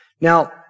Now